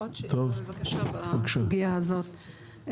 עוד שאלה בבקשה בסוגיה הזאת.